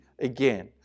again